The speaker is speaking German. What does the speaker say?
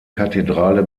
kathedrale